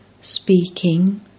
speaking